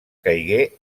caigué